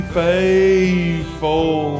faithful